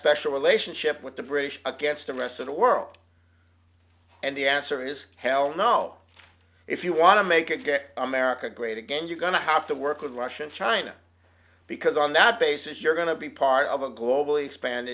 special relationship with the british against the rest of the world and the answer is hell no if you want to make it get america great again you're going to have to work with russia and china because on that basis you're going to be part of a globally expand